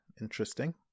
interesting